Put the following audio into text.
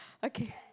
okay